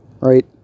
right